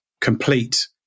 complete